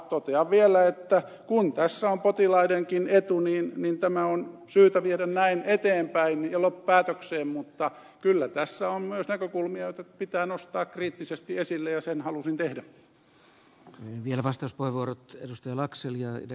totean vielä että kun tässä on potilaidenkin etu niin tämä on syytä viedä näin eteenpäin ja päätökseen mutta kyllä tässä on myös näkökulmia joita pitää nostaa kriittisesti esille ja sen halusin tehdä vielä vasta sport tiedustella akselia ja